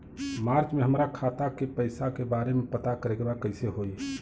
मार्च में हमरा खाता के पैसा के बारे में पता करे के बा कइसे होई?